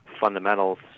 fundamentals